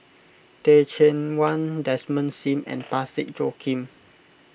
Teh Cheang Wan Desmond Sim and Parsick Joaquim